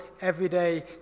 everyday